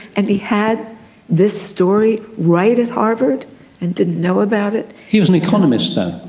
and he had this story right at harvard and didn't know about it. he was an economist though.